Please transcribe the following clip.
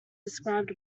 described